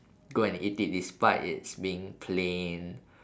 go and eat it despite it's being plain